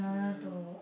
mm